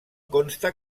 consta